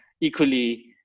equally